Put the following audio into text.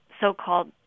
so-called